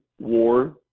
war